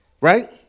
Right